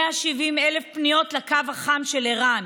170,000 פניות לקו החם של ער"ן,